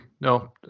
No